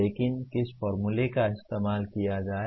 लेकिन किस फार्मूले का इस्तेमाल किया जाए